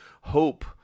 hope